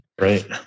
Right